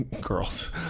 Girls